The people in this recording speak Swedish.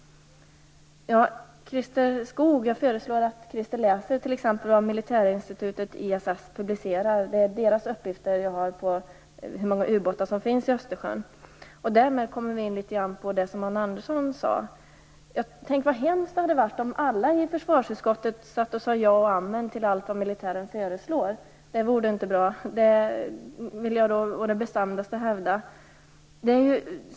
Jag föreslår att Christer Skoog läser publikationerna från det militära institutet IISS. Det är därifrån jag hämtat uppgifterna om hur många ubåtar som finns i Östersjön. Därmed kommer jag in litet grand på det som Arne Andersson sade. Tänk vad hemskt det hade varit om alla i försvarsutskottet satt och sade ja och amen till allt vad militären föreslår! Det vore inte bra - det vill jag å det bestämdaste hävda.